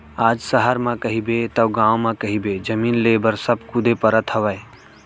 आज सहर म कहिबे तव गाँव म कहिबे जमीन लेय बर सब कुदे परत हवय